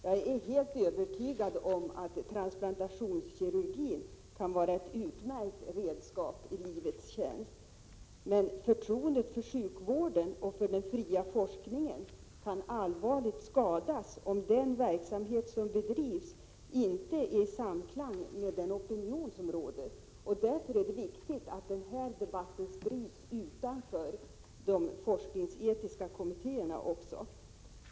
Jag är helt övertygad om att transplantationskirurgin kan vara ett utmärkt redskap i livets tjänst. Men förtroendet för sjukvården och för den fria forskningen kan allvarligt skadas om den verksamhet som bedrivs inte är i samklang med den opinion som råder. Det är därför viktigt att denna debatt även sprids utanför de forskningsetiska kommittérna.